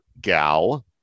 gal